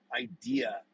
idea